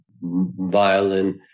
violin